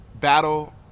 battle